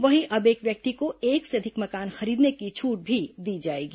वहीं अब एक व्यक्ति को एक से अधिक मकान खरीदने की छूट भी दी जाएगी